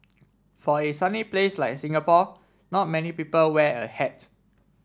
for a sunny place like Singapore not many people wear a hat